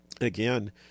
again